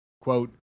quote